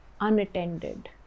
unattended